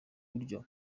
buryo